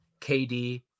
KD